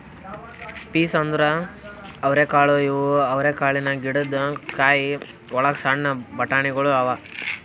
piece ಅಂದುರ್ ಅವರೆಕಾಳು ಇವು ಅವರೆಕಾಳಿನ ಗಿಡದ್ ಕಾಯಿ ಒಳಗ್ ಸಣ್ಣ ಬಟಾಣಿಗೊಳ್ ಅವಾ